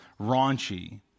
raunchy